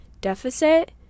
deficit